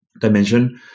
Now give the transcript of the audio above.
dimension